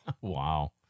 Wow